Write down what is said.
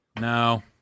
No